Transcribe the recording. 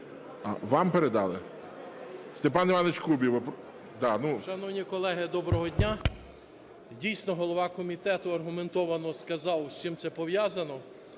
вам передали? Степан Іванович Кубів. 11:18:06 КУБІВ С.І. Шановні колеги, доброго дня. Дійсно, голова комітету аргументовано сказав, з чим це пов'язано.